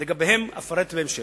לגביהם, אפרט בהמשך.